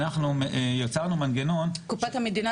זה שאנחנו יצרנו מנגנון --- קופת המדינה,